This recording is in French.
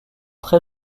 très